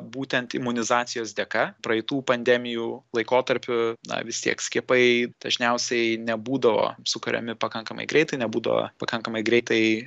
būtent imunizacijos dėka praeitų pandemijų laikotarpiu na vis tiek skiepai dažniausiai nebūdavo sukariami pakankamai greitai nebūdavo pakankamai greitai